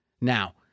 Now